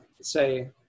say